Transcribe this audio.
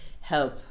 help